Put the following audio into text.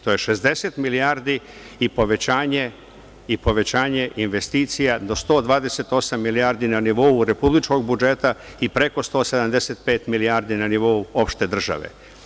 To je 60 milijardi i povećanje investicija do 128 milijardi na nivou republičkog budžeta i preko 175 milijardi na nivou opšte države.